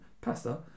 Pasta